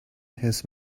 his